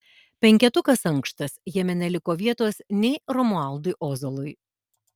penketukas ankštas jame neliko vietos nei romualdui ozolui